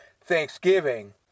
Thanksgiving